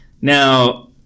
Now